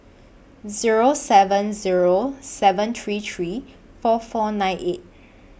Zero seven Zero seven three three four four nine eight